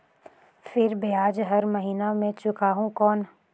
फिर ब्याज हर महीना मे चुकाहू कौन?